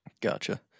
Gotcha